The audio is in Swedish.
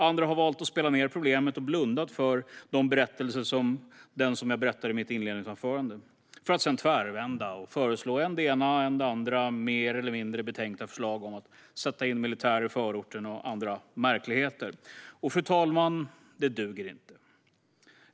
Andra har i stället valt att spela ned problemet och blunda för berättelser som den som jag tog upp i mitt inledningsanförande för att sedan tvärvända och komma med än det ena, än det andra mer eller mindre genomtänkta förslaget om att sätta in militärer i förorten och andra märkligheter. Det duger inte, fru talman!